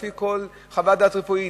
לפי כל חוות דעת רפואית,